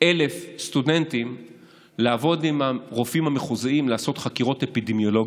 1,000 סטודנטים לעבוד עם הרופאים המחוזיים לעשות חקירות אפידמיולוגיות.